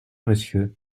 monsieur